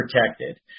protected